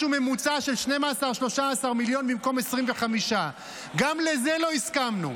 משהו ממוצע של 12 13 מיליון במקום 25. גם לזה לא הסכמנו,